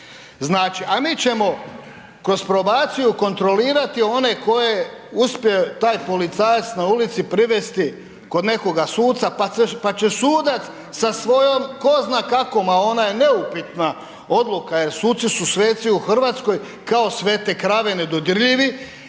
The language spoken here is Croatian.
Znači, a mi ćemo kroz probaciju kontrolirati one koje uspje taj policajac na ulici privesti kod nekoga suca, pa će sudac sa svojom ko zna kakvom, a ona je neupitna, odluka, jer suci su sveci u RH, kao svete krave, nedodirljivi,